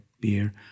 beer